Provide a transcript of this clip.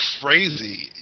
crazy